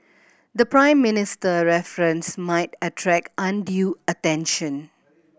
the Prime Minister reference might attract undue attention